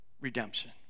redemption